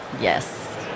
yes